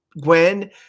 Gwen